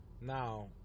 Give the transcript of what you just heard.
now